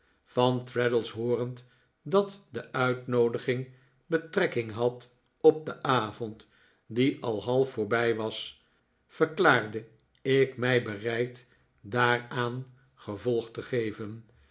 van traddles hoorend dat de uitnoodiging betrekking had op den avond die al half voorbij was verklaarde ik mij bereid daaraan gevolg te geven